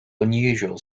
unusual